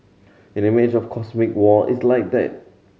an image of cosmic war is like that